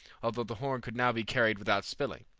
although the horn could now be carried without spilling.